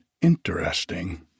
interesting